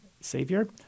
savior